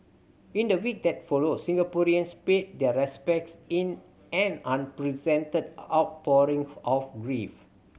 in the week that followed Singaporeans paid their respects in an unprecedented outpouring of grief